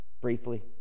Briefly